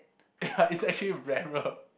ya it's actually rarer